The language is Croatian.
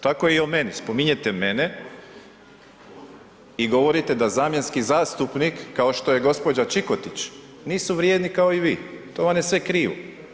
Tako i o meni, spominjete mene i govorite da zamjenski zastupnik kao što je gospođa Čikotić nisu vrijedni kao i vi, to vam je sve krivo.